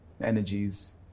energies